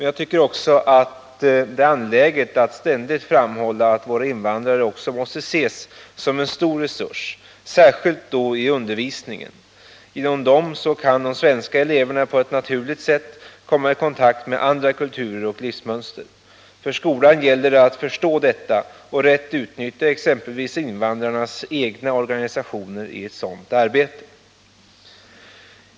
Jag tycker dock att det är angeläget att ständigt framhålla att våra invandrare också måste ses som en stor resurs, särskilt i undervisningen. Genom invandrareleverna och deras föräldrar kan de svenska eleverna på ett naturligt sätt komma i kontakt med andra kulturer och livsmönster. För skolan gäller det att förstå detta och rätt utnyttja exempelvis invandrarnas egna organisationer i ett sådant arbete.